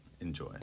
enjoy